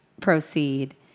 proceed